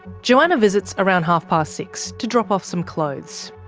johanna visits around half past six to drop off some clothes.